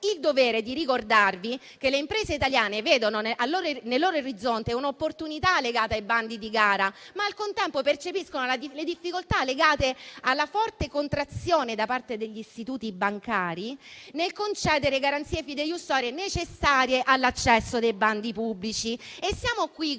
il dovere di ricordarvi che le imprese italiane vedono nel loro orizzonte un'opportunità legata ai bandi di gara, ma, al contempo, percepiscono le difficoltà legate alla forte contrazione da parte degli istituti bancari della concessione delle garanzie fideiussorie necessarie all'accesso ai bandi pubblici. Siamo qui dunque